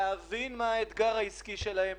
להבין מה האתגר העסקי שלהם,